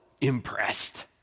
impressed